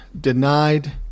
denied